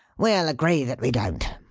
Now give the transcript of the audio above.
we'll agree that we don't.